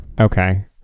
Okay